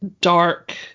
dark